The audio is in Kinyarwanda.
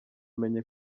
menye